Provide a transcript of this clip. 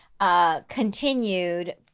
continued